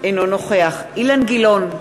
אינו נוכח אילן גילאון,